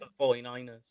49ers